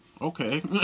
okay